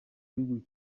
gihugu